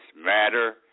Matter